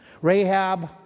Rahab